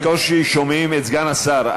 בקושי שומעים את סגן השר,